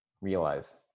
realize